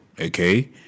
okay